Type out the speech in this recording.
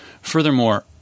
Furthermore